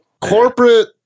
corporate